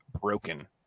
broken